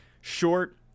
Short